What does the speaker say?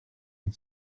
had